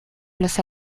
los